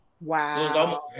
Wow